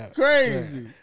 crazy